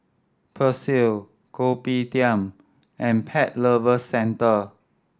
Persil Kopitiam and Pet Lovers Centre